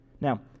Now